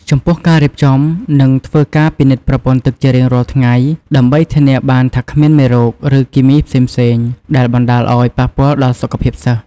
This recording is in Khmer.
ចំពោះការរៀបចំនិងធ្វើការពិនិត្យប្រពន្ធ័ទឹកជារៀងរាល់ថ្ងៃដើម្បីធានាបានថាគ្មានមេរោគ ឬគីមីផ្សេងៗដែលបណ្តាលឲ្យប៉ះពាល់ដល់សុខភាពសិស្ស។